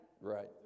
Right